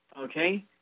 okay